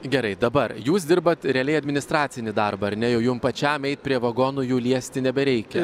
gerai dabar jūs dirbat realiai administracinį darbą ar ne jau jum pačiam eiti prie vagonų jų liesti nebereikia